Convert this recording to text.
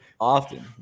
often